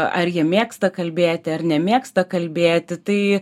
ar jie mėgsta kalbėti ar nemėgsta kalbėti tai